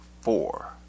four